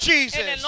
Jesus